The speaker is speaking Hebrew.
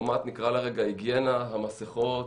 נקראה לה קומת היגיינה המסכות,